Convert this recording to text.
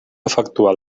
efectuar